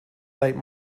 light